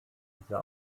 dieser